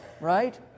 right